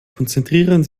konzentrieren